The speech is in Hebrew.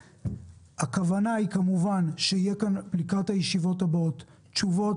הכוונה היא כמובן שלקראת הישיבות הבאות יהיו תשובות